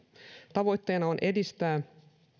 tavoitteena on edistää